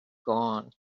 gone